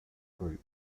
group